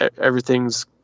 everything's